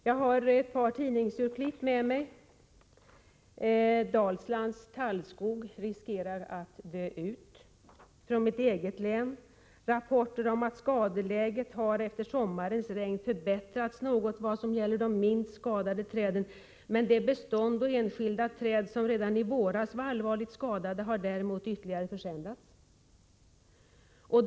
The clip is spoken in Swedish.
Jag har ett par tidningsurklipp med mig: ”Dalslands tallskogar riskerar att dö ut.” Från mitt eget län finns rapporter om att skadeläget efter sommarens regn förbättrats något vad det gäller de minst skadade träden men att de bestånd och enskilda träd som redan i våras var allvarligt skadade däremot ytterligare försämrats.